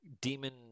demon